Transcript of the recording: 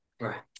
right